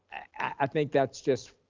i think that's just,